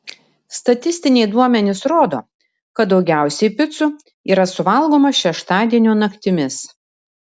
statistiniai duomenys rodo kad daugiausiai picų yra suvalgomą šeštadienio naktimis